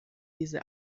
diese